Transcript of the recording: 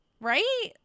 Right